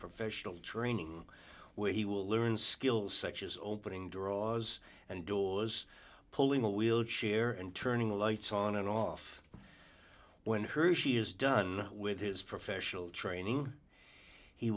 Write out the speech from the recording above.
professional training where he will learn skills such as opening draws and daws pulling a wheelchair and turning the lights on and off when hershey is done with his professional training he